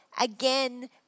again